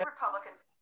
Republicans